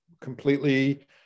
completely